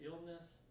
illness